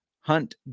Hunt